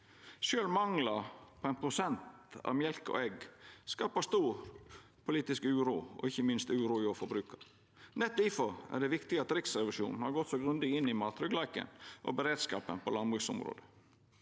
Sjølv mangel på 1 pst. av mjølk og egg skaper stor politisk uro og ikkje minst uro hjå forbrukaren. Nett difor er det viktig at Riksrevisjonen har gått så grundig inn i mattryggleiken og beredskapen på landbruksområdet.